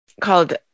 called